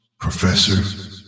Professor